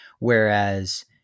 Whereas